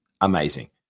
Amazing